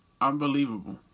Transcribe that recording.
unbelievable